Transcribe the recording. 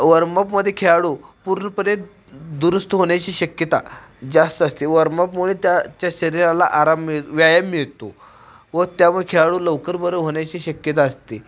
वॉर्मपमध्ये खेळाडू पूर्णपणे दुरुस्त होण्याची शक्यता जास्त असते वॉर्मअपमुळे त्याच्या शरीराला आराम मिळ व्यायाम मिळतो व त्यामुळे खेळाडू लवकर बरं होण्याची शक्यता असते